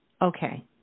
Okay